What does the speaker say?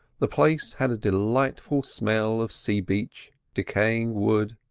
the place had a delightful smell of sea-beach, decaying wood,